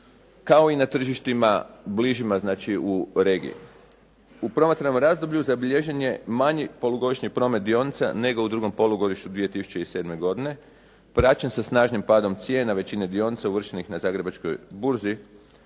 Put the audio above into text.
kao i na tržištima bližima, znači u regiji. U promatranom razdoblju zabilježen je manji polugodišnji promet dionica nego u drugom polugodištu 2007. godine praćen sa snažnim padom cijena većine dionica uvrštenih na zagrebačkoj burzi